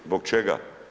Zbog čega?